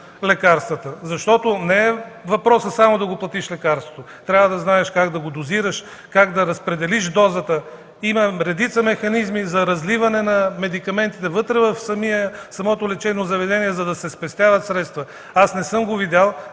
лекарствата? Защото въпросът не е само да платиш лекарството, трябва да знаеш как да го дозираш, как да разпределиш дозата. Има редица механизми за разливане на медикаментите вътре в самото лечебно заведение, за да се спестяват средства. Аз не съм го видял,